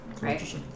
right